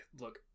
Look